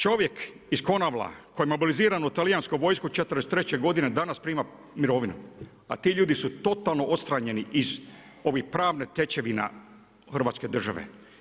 Čovjek iz KOnavla koji je mobiliziran u talijansku vojsku '43. godine danas prima mirovinu, a ti ljudi su totalno odstranjeni iz ovih pravnih tečevina Hrvatske države.